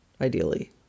Ideally